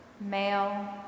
male